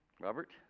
Robert